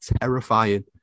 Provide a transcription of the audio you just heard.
terrifying